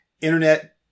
internet